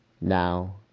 Now